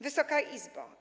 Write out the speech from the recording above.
Wysoka Izbo!